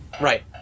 Right